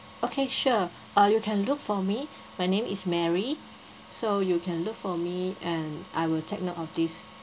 okay sure uh you can look for me my name is mary so you can look for me and I will take note of this